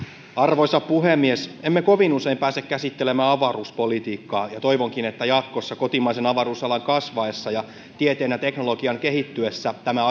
arvoisa puhemies emme kovin usein pääse käsittelemään avaruuspolitiikkaa ja toivonkin että jatkossa kotimaisen avaruusalan kasvaessa ja tieteen ja teknologian kehittyessä tämä